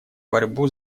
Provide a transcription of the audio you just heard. борьбу